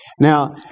Now